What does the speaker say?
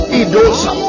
idosa